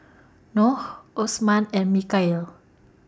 Noh Osman and Mikhail